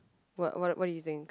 what what what do you think